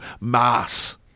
Mass